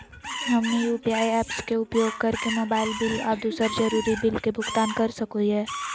हमनी UPI apps के उपयोग करके मोबाइल बिल आ दूसर जरुरी बिल के भुगतान कर सको हीयई